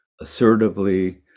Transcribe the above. Assertively